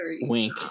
wink